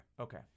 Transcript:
Okay